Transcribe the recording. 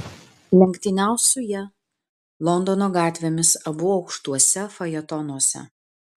lenktyniaus su ja londono gatvėmis abu aukštuose fajetonuose